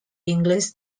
english